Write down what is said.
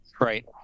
Right